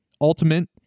ultimate